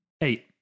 Eight